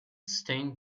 stain